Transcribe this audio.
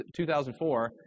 2004